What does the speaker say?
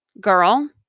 Girl